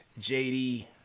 JD